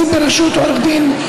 החיסונים.